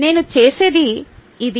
నేను చేసేది ఇదే